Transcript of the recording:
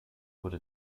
wurde